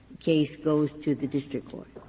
case goes to the district court.